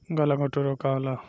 गलघोंटु रोग का होला?